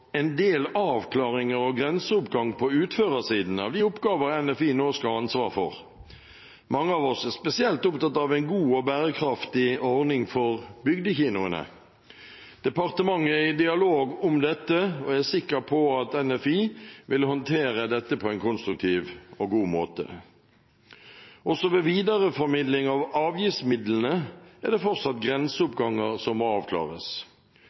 en del avklaringer og grenseoppgang på utførersiden av de oppgaver NFI nå skal ha ansvar for. Mange av oss er spesielt opptatt av en god og bærekraftig ordning for bygdekinoene. Departementet er i dialog om dette, og jeg er sikker på at NFI vil håndtere dette på en konstruktiv og god måte. Også ved videreformidling av avgiftsmidlene er det fortsatt grenseoppganger som må avklares.